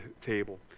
table